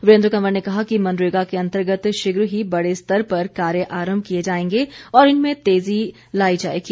वीरेंद कंवर ने कहा कि मनरेगा के अंतर्गत शीघ्र ही बड़े स्तर पर कार्य आरम्भ किए जाएंगे और इनमें तेजी लाई जाएगी